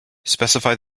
specify